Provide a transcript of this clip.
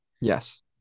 Yes